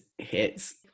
hits